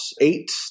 eight